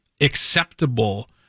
acceptable